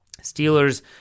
Steelers